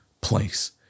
place